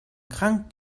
krank